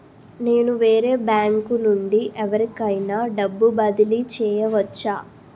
నేను వేరే బ్యాంకు నుండి ఎవరికైనా డబ్బు బదిలీ చేయవచ్చా?